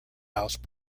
house